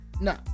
no